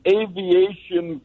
aviation